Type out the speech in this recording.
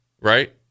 right